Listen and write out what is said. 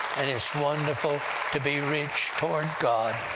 and it's wonderful to be rich toward god!